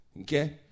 Okay